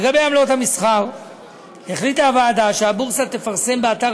לגבי עמלות המסחר החליטה הוועדה שהבורסה תפרסם באתר